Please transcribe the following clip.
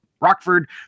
Rockford